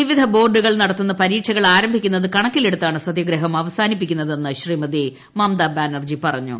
വിവിധ ബോർഡുകൾ നടത്തുന്ന പരീക്ഷകൾ ആരംഭിക്കുന്നത് കണക്കിലെടുത്താണ് സത്യഗ്രഹം അവസാനിപ്പിക്കുന്നതെന്ന് ശ്രീമതി മമത ബാനർജി പറഞ്ഞു